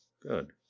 Good